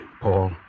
Paul